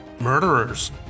Murderers